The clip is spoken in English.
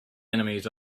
enemies